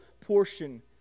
portion